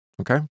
okay